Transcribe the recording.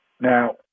Now